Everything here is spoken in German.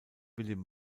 william